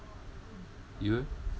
you leh